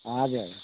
हजुर